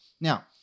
Now